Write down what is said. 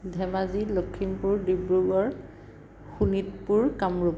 Dhemaji Lakhimpur Dibrugarh Sonitpur Kamrup